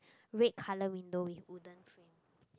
red colour window with wooden frame